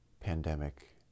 pandemic